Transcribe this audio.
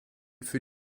für